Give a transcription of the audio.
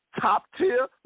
top-tier